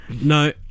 no